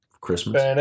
Christmas